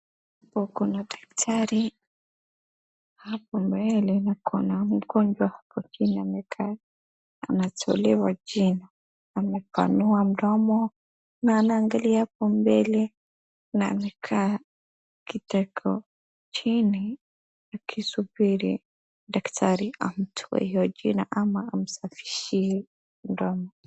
Hapo kuna daktari. Hapo mbele kuna mgonjwa ako chini amekaa, anatolewa jino. Amepanua mdomo na anaangalia hapo mbele. Na amekaa kiteko chini akisubiri daktari amtoe hiyo jino ama amsafishie mdomo.